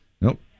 nope